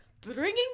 Bringing